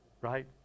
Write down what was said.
right